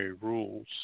rules